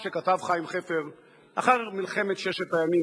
שכתב חיים חפר אחרי מלחמת ששת הימים,